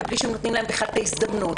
מבלי שנותנים להן בכלל את ההזדמנות?